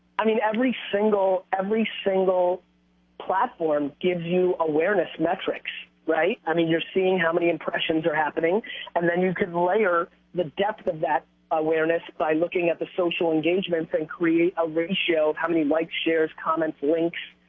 i mean every single every single platform gives you awareness metrics, right? i mean, you're seeing how many impressions are happening and then you can layer the depth of that awareness by looking at the social engagements and create a ratio of how many likes, shares, comments, links,